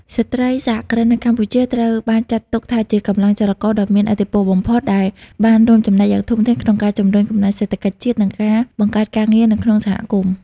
ស្ត្រីសហគ្រិននៅកម្ពុជាត្រូវបានចាត់ទុកថាជាកម្លាំងចលករដ៏មានឥទ្ធិពលបំផុត ដែលបានរួមចំណែកយ៉ាងធំធេងក្នុងការជំរុញកំណើនសេដ្ឋកិច្ចជាតិ និងការបង្កើតការងារនៅក្នុងសហគមន៍។